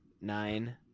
Nine